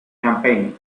campaign